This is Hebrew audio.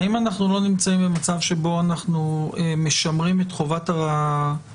האם אנחנו לא נמצאים במצב שבו אנחנו משמרים את חובת הרישום,